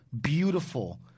beautiful